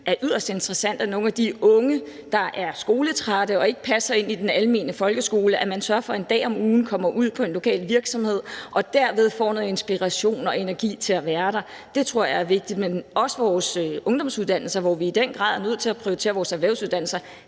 er yderst interessant. Nogle af de unge, der er skoletrætte og ikke passer ind i en almindelig folkeskole, sørger man for kommer ud på en lokal virksomhed en dag om ugen, og derved får de noget inspiration og energi til at være der. Det tror jeg er vigtigt. I forhold vores ungdomsuddannelser er vi i den grad også nødt til at prioritere vores erhvervsuddannelser